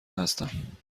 هستم